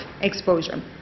exposure